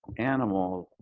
animal